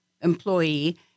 employee